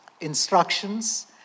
Instructions